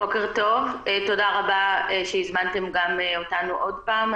בוקר טוב, ותודה רבה שהזמנתם גם אותנו עוד פעם.